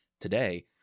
today